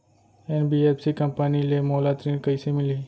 NBFC company ले मोला ऋण कइसे मिलही?